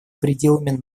пределами